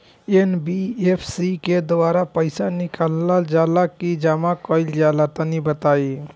NBFC के द्वारा पईसा निकालल जला की जमा कइल जला तनि बताई?